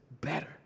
better